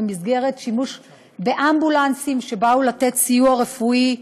במסגרת שימוש באמבולנסים שבאו לתת סיוע רפואי,